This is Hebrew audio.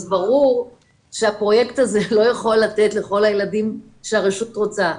אז ברור שהפרויקט הזה לא יכול לתת לכל הילדים שהרשות רוצה.